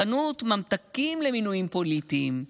חנות ממתקים למינויים פוליטיים.